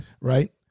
Right